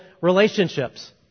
relationships